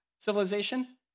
civilization